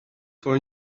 for